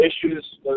issues